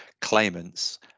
claimants